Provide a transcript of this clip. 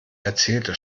erzählte